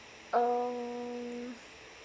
um